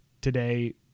today